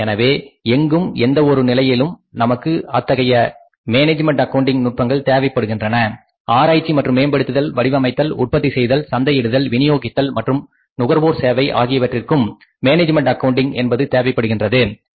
எனவே எங்கும் எந்த ஒரு நிலையிலும் நமக்கு இத்தகைய மேனேஜ்மெண்ட் அக்கவுண்டிங் நுட்பங்கள் தேவைப்படுகின்றன ஆராய்ச்சி மற்றும் மேம்படுத்துதல் வடிவமைத்தல் உற்பத்தி செய்தல் சந்தையிடுதல் விநியோகித்தல் மற்றும் நுகர்வோர் சேவை ஆகியவற்றிற்கும் மேனேஜ்மெண்ட் அக்கவுண்டிங் என்பது தேவைப்படுகின்றது சரியா